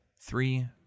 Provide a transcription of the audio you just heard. three